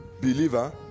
believer